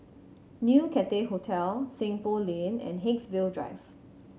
New Cathay Hotel Seng Poh Lane and Haigsville Drive